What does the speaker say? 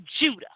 Judah